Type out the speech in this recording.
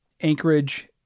anchorage